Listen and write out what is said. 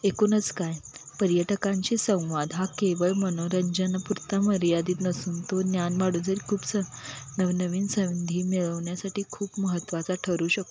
एकूणच काय पर्यटकांशी संवाद हा केवळ मनोरंजनापुरता मर्यादित नसून तो ज्ञान वाढू जई खूप स नवनवीन संधी मिळवण्यासाठी खूप महत्त्वाचा ठरू शकतो